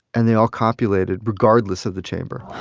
and they all copulated, regardless of the chamber